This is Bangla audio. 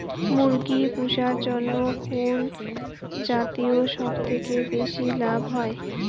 মুরগি পুষার জন্য কুন জাতীয় সবথেকে বেশি লাভ হয়?